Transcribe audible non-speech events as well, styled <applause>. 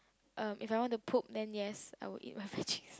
um if I want to poop then yes I will eat my veggies <laughs>